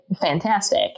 fantastic